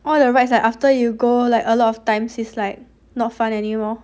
all the rides like after you go like a lot of times is like not fun anymore